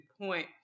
point